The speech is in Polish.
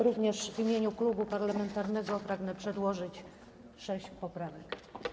Również w imieniu klubu parlamentarnego pragnę przedłożyć sześć poprawek.